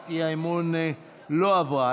הצעת האי-אמון לא עברה.